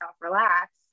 relax